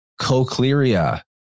cochlearia